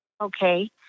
Okay